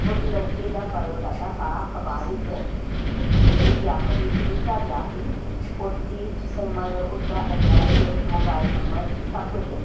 ਉਸ ਲੜਕੇ ਦਾ ਬਾਇਓਡਾਟਾ ਸਾਰਾ ਅਖਬਾਰ ਵਿੱਚ ਵਿਗਿਆਪਨ ਵਿੱਚ ਦਿੱਤਾ ਗਿਆ ਸੀ ਉਸਦੀ ਉਮਰ ਉਸਦਾ ਐਡਰੈੱਸ ਮੋਬਾਇਲ ਨੰਬਰ ਸਭ ਕੁਛ